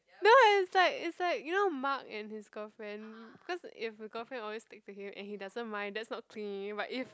no is like is like you know Mark and his girlfriend cause if the girlfriend always stick to him and he doesn't mind that's not clingy but if